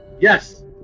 Yes